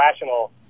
rational